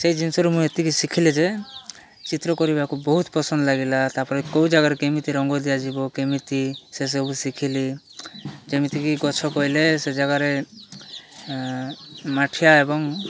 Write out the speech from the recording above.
ସେଇ ଜିନିଷରୁ ମୁଁ ଏତିକି ଶିଖିଲି ଯେ ଚିତ୍ର କରିବାକୁ ବହୁତ ପସନ୍ଦ ଲାଗିଲା ତା'ପରେ କେଉଁ ଜାଗାରେ କେମିତି ରଙ୍ଗ ଦିଆଯିବ କେମିତି ସେସବୁ ଶିଖିଲି ଯେମିତିକି ଗଛ କହିଲେ ସେ ଜାଗାରେ ମାଠିଆ ଏବଂ